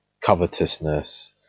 covetousness